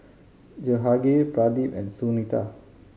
Jehangirr Pradip and Sunita